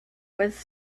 was